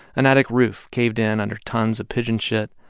an attic roof caved in under tons of pigeon shit.